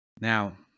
Now